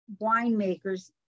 winemakers